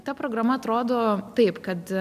ta programa atrodo taip kad